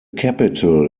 capital